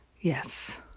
Yes